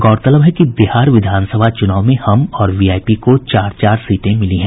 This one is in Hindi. गौरतलब है कि विधानसभा चुनाव में हम और वीआईपी को चार चार सीटें मिली हैं